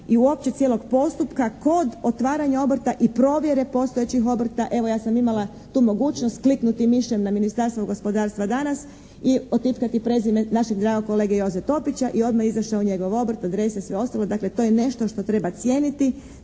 i uopće cijelog postupka kod otvaranja obrta i provjere postojećih obrta. Evo ja sam imala tu mogućnost kliknuti mišem na Ministarstvo gospodarstva danas i otipkati prezime našeg dragog kolege Joze Topića i odmah je izašao njegov obrt, adrese, sve ostale. Dakle to je nešto što treba cijeniti.